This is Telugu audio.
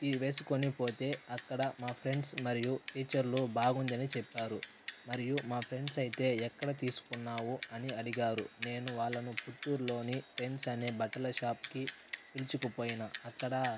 ఈ వేసుకుని పోతే అక్కడ మా ఫ్రెండ్స్ మరియు టీచర్లు బాగుందని చెప్పారు మరియు మా ఫ్రెండ్స్ అయితే ఎక్కడ తీసుకున్నావు అని అడిగారు నేను వాళ్ళను పుత్తూర్లోని ట్రెండ్స్ అనే బట్టల షాప్కి పిలుచుకుపోయిన అక్కడ